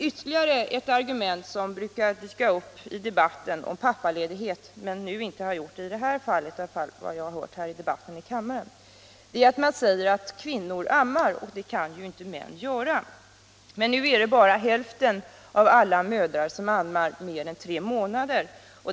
Ytterligare ett argument som brukar dyka upp i debatten om pappaledighet — men inte i den här debatten, efter vad jag har hört — är att man säger att kvinnor ammar, och det kan ju inte män göra. Men nu är det bara hälften av alla mödrar som ammar mer än tre månader.